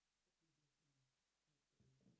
the previous one my goodness